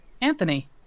Anthony